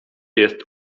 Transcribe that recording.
jest